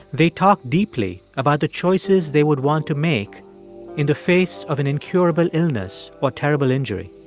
they talk deeply about the choices they would want to make in the face of an incurable illness or terrible injury.